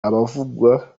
abavuga